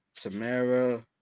Tamara